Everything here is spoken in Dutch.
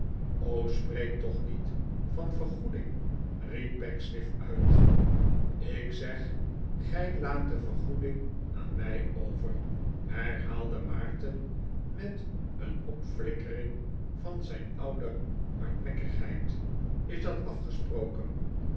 spreek toch niet van vergoeding riep pecksniff uit ik zeg gij laat de vergoeding aan mij over herhaalde maarten met een opflikkering van zijn oude hardnekkigheid is dat afgesproken